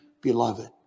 beloved